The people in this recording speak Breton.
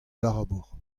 labour